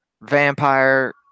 vampire